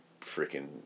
freaking